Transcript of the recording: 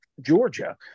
Georgia